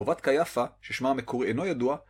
חורבת קייאפה, ששמה המקורי אינו ידוע...